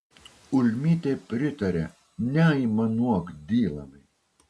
ulmytė pritarė neaimanuok dylanai